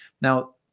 Now